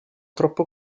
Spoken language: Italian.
troppo